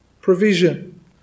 provision